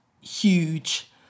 huge